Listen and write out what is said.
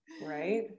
Right